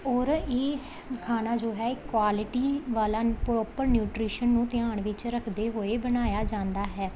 ਔਰ ਇਹ ਖਾਣਾ ਜੋ ਹੈ ਕੁਆਲਿਟੀ ਵਾਲਾ ਪ੍ਰੋਪਰ ਨਿਊਟਰੀਸ਼ਨ ਨੂੰ ਧਿਆਨ ਵਿੱਚ ਰੱਖਦੇ ਹੋਏ ਬਣਾਇਆ ਜਾਂਦਾ ਹੈ